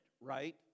right